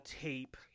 tape